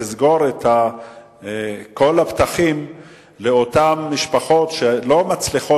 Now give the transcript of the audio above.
לסגור את כל הפתחים לאותן משפחות שלא מצליחות